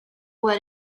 what